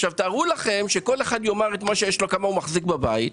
תארו לכם שכל אחד יאמר כמה מחזיק בבית,